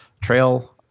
Trail